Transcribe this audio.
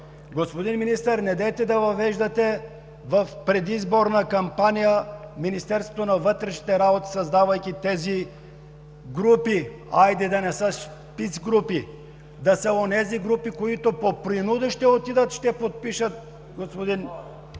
Господин Министър, недейте да въвеждате в предизборна кампания Министерството на вътрешните работи, създавайки тези групи. Хайде, да не са шпицгрупи, да са онези групи, които по принуда ще отидат, ще подпишат, господин